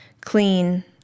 Clean